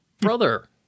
brother